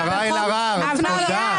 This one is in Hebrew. השרה אלהרר, תודה.